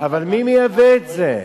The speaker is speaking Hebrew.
אבל מי מייבא את זה?